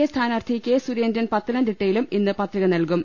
A സ്ഥാനാർത്ഥി K Surendran പത്തനംതിട്ടയിലും ഇന്ന് പത്രിക നൽകും